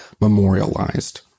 memorialized